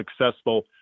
successful